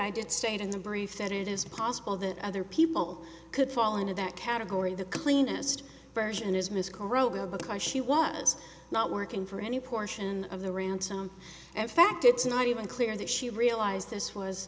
i did state in the brief that it is possible that other people could fall into that category the cleanest version is ms corowa because she was not working for any portion of the ransom and fact it's not even clear that she realized this was